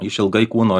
išilgai kūno